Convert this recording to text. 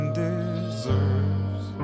deserves